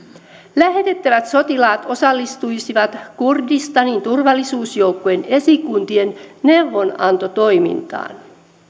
lähetettävät sotilaat osallistuisivat kurdistanin turvallisuusjoukkojen esikuntien neuvonantotoimintaan